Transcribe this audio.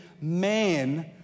man